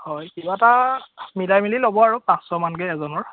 হয় কিবা এটা মিলাই মেলি ল'ব আৰু পাঁচশমানকৈ এজনৰ